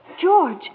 George